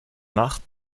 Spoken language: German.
nacht